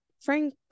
Frank